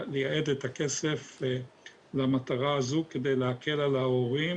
לייעד את הכסף למטרה הזו כדי להקל על ההורים